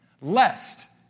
lest